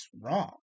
wrong